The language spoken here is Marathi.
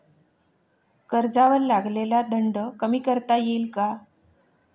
कर्जावर लागलेला दंड कमी करता येईल का?